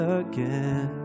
again